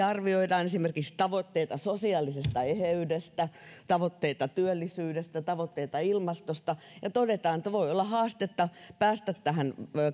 arvioidaan esimerkiksi tavoitteita sosiaalisesta eheydestä tavoitteita työllisyydestä tavoitteita ilmastosta ja todetaan että voi olla haastetta päästä tähän